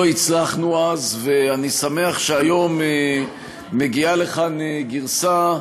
לא הצלחנו אז, ואני שמח שהיום מגיעה לכאן גרסה,